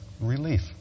relief